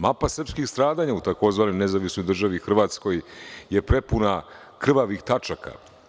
Mapa srpskih stradanja u tzv. Nezavisnoj Državi Hrvatskoj je prepuna krvavih tačaka.